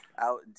out